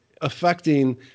affecting